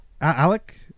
Alec